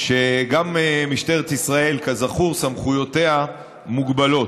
שגם משטרת ישראל, כזכור, סמכויותיה מוגבלות,